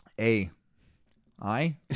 A-I